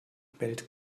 bellt